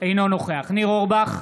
אינו נוכח ניר אורבך,